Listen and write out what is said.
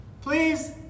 please